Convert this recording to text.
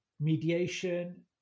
mediation